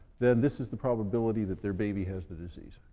then this is the probability that their baby has the disease.